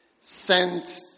sent